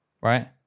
Right